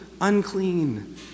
Unclean